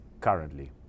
currently